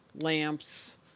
lamps